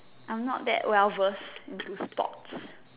I'm not that well versed into sports